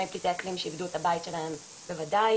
שאיבדו את הבית שלהם בוודאי.